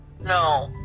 No